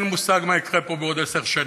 אין מושג מה יקרה פה בעוד עשר שנים,